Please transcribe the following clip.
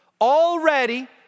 already